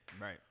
Right